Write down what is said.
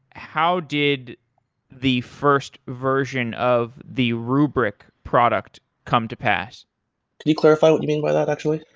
how did the first version of the rubrik product come to pass? could you clarify what you mean by that actually?